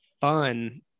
fun